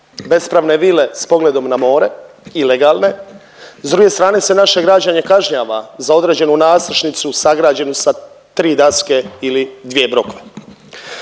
bespravne vile s pogledom na more i legalne, s druge strane se naše građane kažnjava za određenu nadstrešnicu sagrađenu sa tri daske ili dvije brokve.